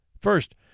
First